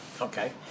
Okay